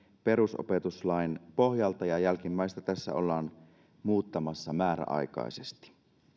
perusopetuslain pohjalta ja jälkimmäistä tässä ollaan muuttamassa määräaikaisesti